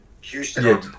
Houston